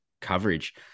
coverage